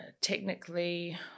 technically